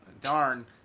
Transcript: Darn